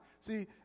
See